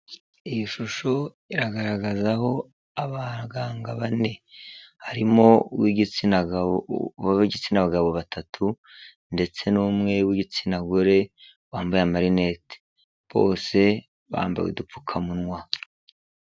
Iyi shusho iragaragazaho abaganga bane, harimo uw'igitsina gabo batatu, ndetse n'umwe w'igitsina gore wambaye amarinete, bose bambaye udupfukamunwa.